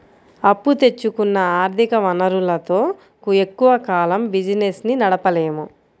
అప్పు తెచ్చుకున్న ఆర్ధిక వనరులతో ఎక్కువ కాలం బిజినెస్ ని నడపలేము